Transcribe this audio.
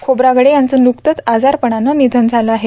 खोब्रागडे यांचं नुकतंच आजारपणानं निधन झालं आहे